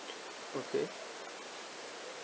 okay